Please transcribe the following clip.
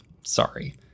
sorry